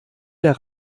der